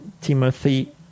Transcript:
Timothy